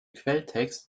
quelltext